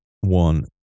one